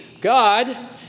God